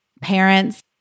parents